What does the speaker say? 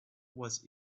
was